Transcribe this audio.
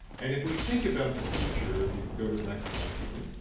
and if we think about the future if you'd go to the next slide for me